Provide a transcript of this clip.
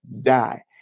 die